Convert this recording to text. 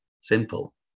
Simple